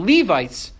Levites